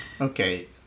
Okay